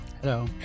Hello